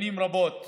שנים רבות